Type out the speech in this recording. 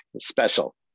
special